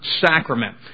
sacrament